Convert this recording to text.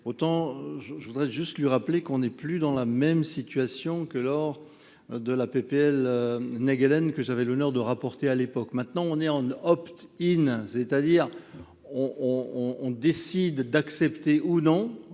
autant je voudrais juste lui rappeler qu'on n'est plus dans la même situation que lors de la PPL Negelen que j'avais l'honneur de rapporter à l'époque. Maintenant on est en opt-in, c'est-à-dire on décide d'accepter ou non